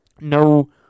no